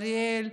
אריאל,